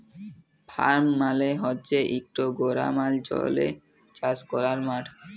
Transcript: farm মালে হছে ইকট গেরামাল্চলে চাষ ক্যরার মাঠ